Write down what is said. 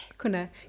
Kuna